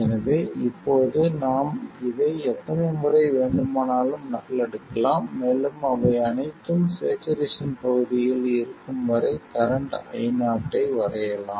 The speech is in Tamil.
எனவே இப்போது நாம் இதை எத்தனை முறை வேண்டுமானாலும் நகலெடுக்கலாம் மேலும் அவை அனைத்தும் ஸ்சேச்சுரேசன் பகுதியில் இருக்கும் வரை கரண்ட் Io ஐ வரையலாம்